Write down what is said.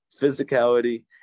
physicality